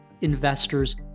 investors